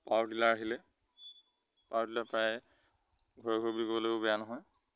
power tiller আহিলে power tiller প্ৰায় ঘৰে ঘৰে বুলি ক'লেও বেয়া নহয়